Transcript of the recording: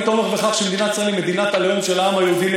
אני תומך בכך שמדינת ישראל היא מדינת הלאום של העם היהודי.